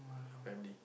your family